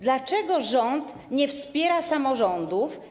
Dlaczego rząd nie wspiera samorządów?